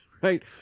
right